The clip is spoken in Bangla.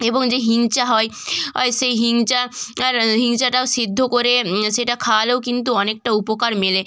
এবং যে হিঞ্চা হয় অয় সেই হিঞ্চা আর হিঞ্চেটাও সেদ্ধ করে সেটা খাওয়ালেও কিন্তু অনেকটা উপকার মেলে